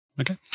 Okay